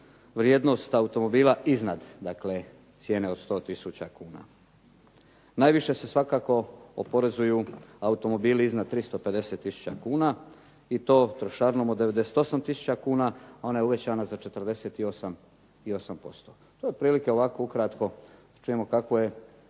vrijednost automobila iznad dakle cijene od 100 tisuća kuna. Najviše se svakako oporezuju automobili iznad 350 tisuća kuna i to trošarinom od 98 tisuća kuna, a ona je uvećana za 48%. To je otprilike ovako ukratko, da čujemo kakvo je